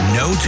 no